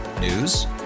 News